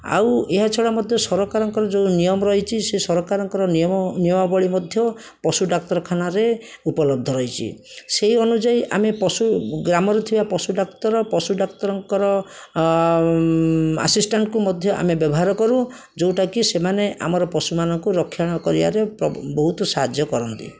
ଆଉ ଏହା ଛଡ଼ା ମଧ୍ୟ ସରକାରଙ୍କର ଯେଉଁ ନିୟମ ରହିଛି ସେ ସରକାରଙ୍କର ନିୟମ ନିୟମାବଳୀ ମଧ୍ୟ ପଶୁ ଡାକ୍ତରଖାନାରେ ଉପଲବ୍ଧ ରହିଛି ସେହି ଅନୁଯାୟୀ ଆମେ ପଶୁ ଗ୍ରାମରେ ଥିବା ପଶୁ ଡାକ୍ତର ପଶୁ ଡାକ୍ତରଙ୍କର ଆସିଷ୍ଟାଣ୍ଟଙ୍କୁ ମଧ୍ୟ ଆମେ ବ୍ୟବହାର କରୁ ଯେଉଁଟାକି ସେମାନେ ଆମର ପଶୁମାନଙ୍କୁ ରକ୍ଷଣ କରିବାରେ ବହୁତ ସାହାଯ୍ୟ କରନ୍ତି